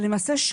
למעשה,